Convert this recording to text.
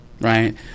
right